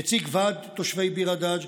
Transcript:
נציג ועד תושבי ביר הדאג',